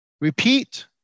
repeat